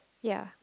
ya